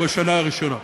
בשנה הראשונה.